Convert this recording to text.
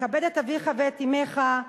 "כבד את אביך ואת אמך".